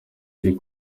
iri